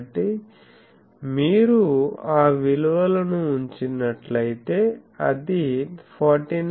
కాబట్టి మీరు ఆ విలువలను ఉంచినట్లయితే అది 49